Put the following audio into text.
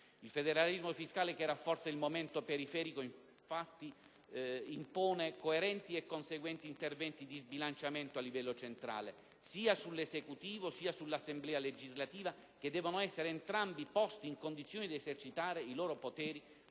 Il federalismo fiscale, che rafforza il momento periferico, infatti, impone coerenti e conseguenti interventi di bilanciamento a livello centrale, sia sull'Esecutivo sia sull'Assemblea legislativa, che devono essere entrambi posti in condizione di esercitare i loro poteri